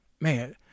man